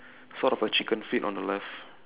sort of a chicken feet on the left